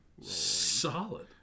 Solid